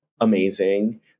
amazing